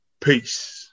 Peace